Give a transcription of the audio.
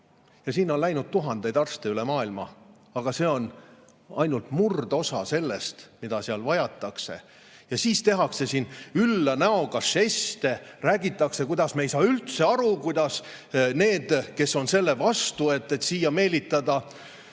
Ja sinna on läinud tuhandeid arste üle maailma, aga see on ainult murdosa sellest, mida seal vajatakse. Ja siis tehakse siin ülla näoga žeste. Räägitakse, kuidas me ei saa üldse aru, kuidas need, kes on selle vastu, et siia meelitada